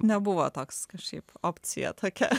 nebuvo toks kažkaip opcija tokia